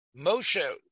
Moshe